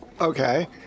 Okay